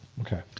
Okay